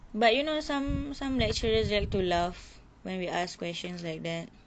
but you know some some lecturers like to laugh when we ask questions like that